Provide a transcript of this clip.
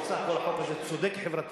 כי בסך הכול החוק הזה צודק חברתית,